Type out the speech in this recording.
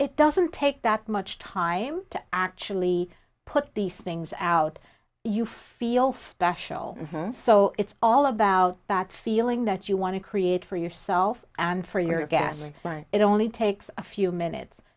it doesn't take that much time to actually put these things out you feel for special so it's all about that feeling that you want to create for yourself and for your gas it only takes a few minutes